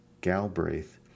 Galbraith